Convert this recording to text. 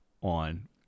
on